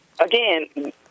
again